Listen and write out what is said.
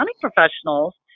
professionals